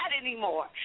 anymore